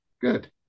Good